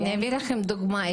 אני אתן לכם דוגמה.